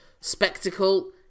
spectacle